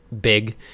big